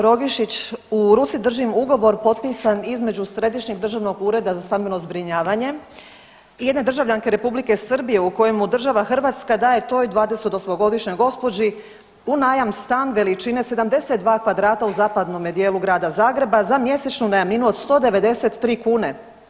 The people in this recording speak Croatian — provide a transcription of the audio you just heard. Rogošić, u ruci držim ugovor potpisan između Središnjeg državnog ureda za stambeno zbrinjavanje i jedne državljanke Republike Srbije u kojemu država Hrvatska daje toj 28-godišnjoj gospođi u najam stan veličine 72 kvadrata u zapadnome dijelu Grada Zagreba za mjesečnu najamninu od 193 kune.